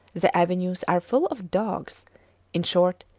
the avenues are full of dogs in short,